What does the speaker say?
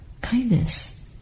kindness